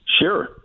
Sure